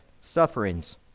sufferings